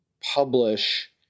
publish